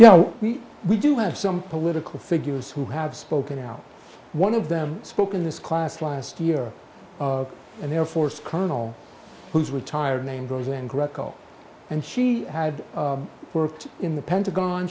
you know we we do have some political figures who have spoken out one of them spoke in this class last year an air force colonel who's retired named roseanne greco and she had worked in the pentagon